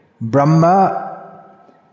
Brahma